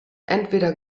entweder